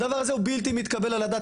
הדבר הזה הוא בלתי מתקבל על הדעת,